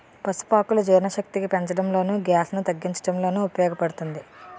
పసుపు ఆకులు జీర్ణశక్తిని పెంచడంలోను, గ్యాస్ ను తగ్గించడంలోనూ ఉపయోగ పడుతుంది